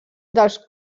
dels